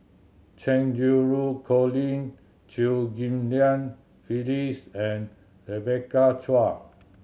Cheng Xinru Colin Chew Ghim Lian Phyllis and Rebecca Chua